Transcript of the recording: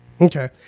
Okay